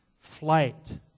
flight